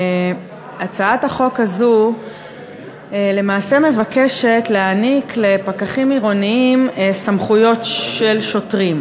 הצעת החוק הזאת למעשה מבקשת להעניק לפקחים עירוניים סמכויות של שוטרים.